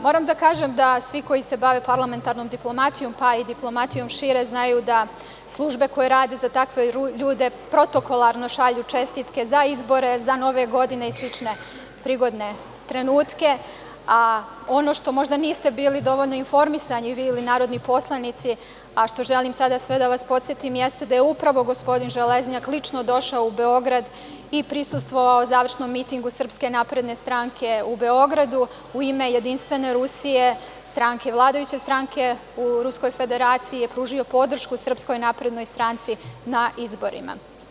Moram da kažem da svi koji se bave parlamentarnom diplomatijom, pa i diplomatijom šire, znaju da službe koje rade za takve ljude protokolarno šalju čestitke za izbore, za nove godine i slične prigodne trenutke, a ono što možda niste bili dovoljno informisani vi ili narodni poslanici, a što želim sada sve da vas podsetim, jeste da je upravo gospodin Železnjak lično došao u Beograd i prisustvovao završnom mitingu SNS u Beogradu u ime Jedinstvene Rusije, vladajuće stranke u Ruskoj Federaciji, pružio podršku SNS na izborima.